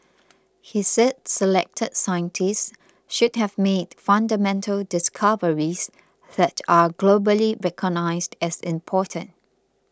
he said selected scientists should have made fundamental discoveries that are globally recognised as important